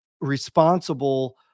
responsible